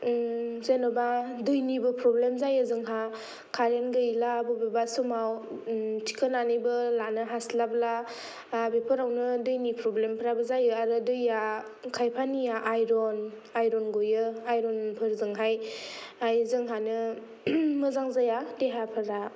जेन'बा दैनिबो फ्रब्लेम जायो जोंहा कारेन्ट गैला बबेबा समाव थिकोनानैबो लानो हासलाबला बेफोरावनो दैनि फ्रब्लेमफ्राबो जायो आरो दैया खायफानिया आयरन गयो आयरनफोरजोंहाय हाय जोंहानो मोजां जाया देहाफोरा